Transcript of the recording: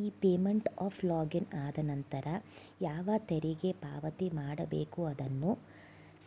E payment of login ಆದನಂತರ ಯಾವ ತೆರಿಗೆ ಪಾವತಿ ಮಾಡಬೇಕು ಅದನ್ನು